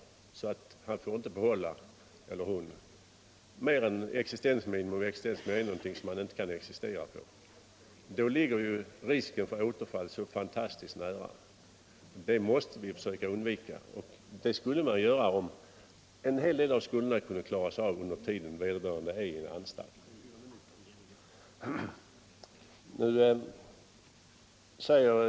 Han eller hon får kanske inte behålla mer än existensminimum, och det är någonting som man inte kan existera på. Då ligger risken för återfall frestande nära. Detta skulle undvikas om en hel del av skulderna kunde klaras av under den tid vederbörande vistas på anstalt.